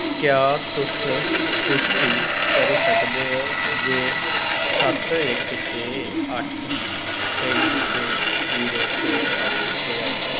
क्या तुस पुश्टि करी सकदे ओ जे सत्त इक छे अट्ठ तिन्न छे जीरो छे अट्ठ छे अट्ठ